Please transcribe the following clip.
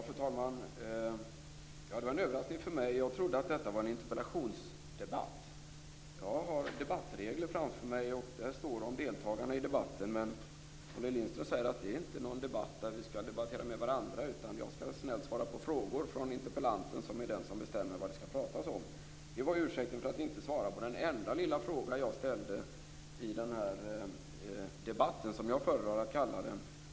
Fru talman! Det var en överraskning för mig. Jag trodde att detta var en interpellationsdebatt. Jag har debattregler framför mig, och där står om deltagarna i debatten. Olle Lindström säger att det inte är en debatt där vi skall debattera med varandra, utan jag skall snällt svara på frågor från interpellanten, som är den som bestämmer vad det skall pratas om. Det var ursäkten för att inte svara på den enda lilla fråga jag ställde i denna debatt, som jag föredrar att kalla det.